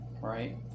right